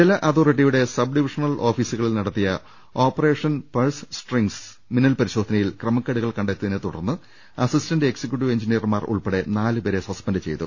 ജല അതോറിറ്റിയുടെ sub divisional ഓഫീസുക ളിൽ നടത്തിയ ഓപ്പറേഷൻ പഴ്സ് സ്ട്രിംഗ്സ് മിന്നൽ പരിശോധനയിൽ ക്രമക്കേടുകൾ കണ്ടെത്തിയതിനെത്തു ടർന്ന് അസിസ്റ്റന്റ് എക്സിക്യുട്ടീവ് എഞ്ചിനീയർമാർ ഉൾപ്പെടെ നാലുപേരെ സസ്പെൻഡ് ചെയ്തു